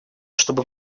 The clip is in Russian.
чтобы